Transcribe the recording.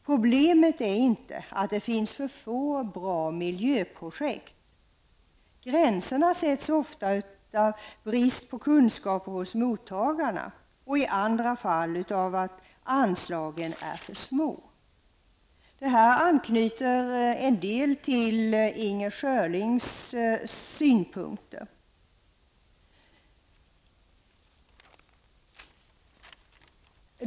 Problemet är inte att det finns för få bra miljöprojekt. Vad som avgör gränserna är ofta bristen på kunskaper hos mottagarna eller det faktum att anslagen är för små. Här finns det en viss anknytning till Inger Schörlings synpunkter.